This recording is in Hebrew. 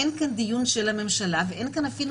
אין כאן דיון של הממשלה ואפילו לא